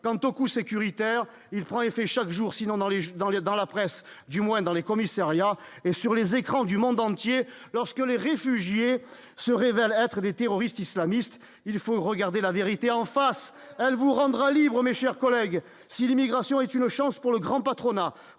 quant au coût sécuritaire, il faut en effet chaque jour sinon dans les jeux dans les dans la presse, du moins dans les commissariats et sur les écrans du monde entier, lorsque les réfugiés se révèlent être des terroristes islamistes, il faut regarder la vérité en face, elle vous rendra libre, mes chers collègues, si l'immigration est une chance pour le grand patronat